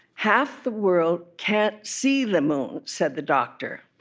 half the world can't see the moon said the doctor